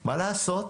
מה לעשות?